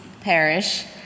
Parish